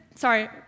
Sorry